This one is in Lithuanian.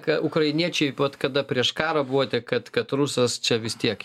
ką ukrainiečiai vat kada prieš karą buvote kad kad rusas čia vis tiek